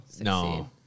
No